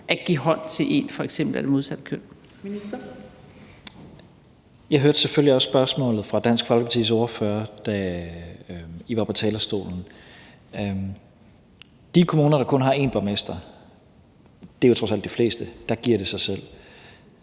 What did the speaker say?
og integrationsministeren (Mattias Tesfaye): Jeg hørte selvfølgelig også spørgsmålet fra Dansk Folkepartis ordfører, da Dansk Folkeparti var på talerstolen. I de kommuner, der kun har én borgmester, og det er jo trods alt de fleste, giver det sig selv,